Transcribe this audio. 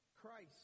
Christ